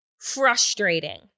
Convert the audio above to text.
frustrating